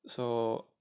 so